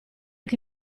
che